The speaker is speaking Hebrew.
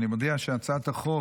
אני מודיע שהצעת החוק